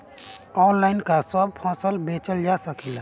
Online का सब फसल बेचल जा सकेला?